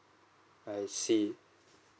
I see